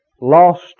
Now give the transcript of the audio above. Lost